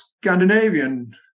Scandinavian